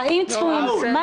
שום דבר הוא לא כלום.